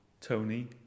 Tony